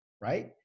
right